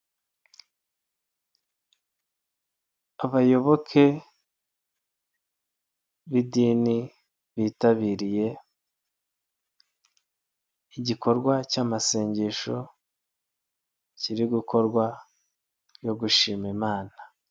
Abayoboke b'idini bitabiriye igikorwa cyamasengesho kiri gukorwa yo gushima imana.